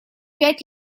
пять